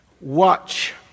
Watch